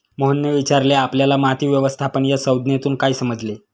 मोहनने विचारले आपल्याला माती व्यवस्थापन या संज्ञेतून काय समजले?